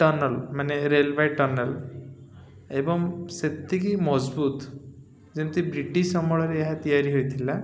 tunnel ମାନେ railway tunnel ଏବଂ ସେତିକି ମଜବୁତ ଯେମିତି ବ୍ରିଟିଶ ଅମଳରେ ଏହା ତିଆରି ହୋଇଥିଲା